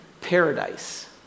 paradise